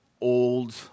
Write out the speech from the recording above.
old